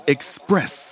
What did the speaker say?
Express